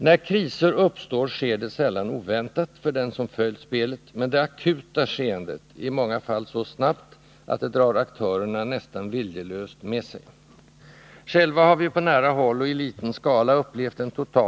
När kriser uppstår sker det sällan oväntat, för den som följt spelet, men det akuta skeendet är i många fall så snabbt att det drar aktörerna nästan viljelöst Besparingar inom med sig. Själva har vi ju på nära håll och i liten skala upplevt den totala ne z 3 Å .